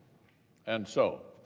and so,